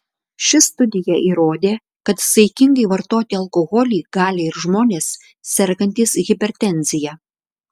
ši studija įrodė kad saikingai vartoti alkoholį gali ir žmonės sergantys hipertenzija